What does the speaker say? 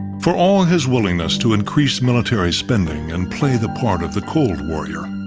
for all his willingness to increase military spending and play the part of the cold warrior,